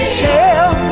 tell